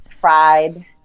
Fried